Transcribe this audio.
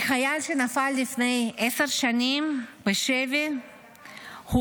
כי חייל שנפל לפני עשר שנים בשבי הוא